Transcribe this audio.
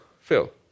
Phil